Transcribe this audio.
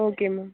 okay ma'am